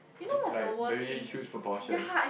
like very huge proportion